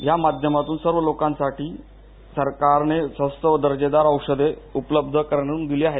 या माध्यमातून सर्व लोकांसाठी सरकारने स्वस्त व दर्जेदार औषधे उपलब्ध करून दिली आहेत